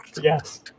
Yes